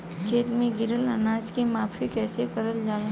खेत में गिरल अनाज के माफ़ी कईसे करल जाला?